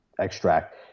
extract